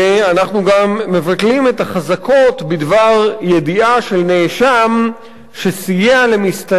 אנחנו גם מבטלים את החזקות בדבר ידיעה של נאשם שסייע למסתנן,